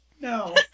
No